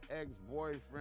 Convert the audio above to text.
ex-boyfriend